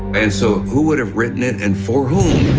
and so who would've written it, and for whom?